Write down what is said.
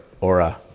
ora